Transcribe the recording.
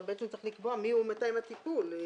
אבל צריך לקבוע מיהו מתאם הטיפול.